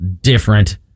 different